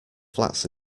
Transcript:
flats